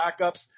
backups